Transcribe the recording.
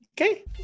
okay